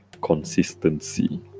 consistency